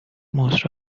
most